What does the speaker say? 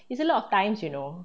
it's a lot of times you know